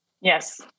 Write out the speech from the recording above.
Yes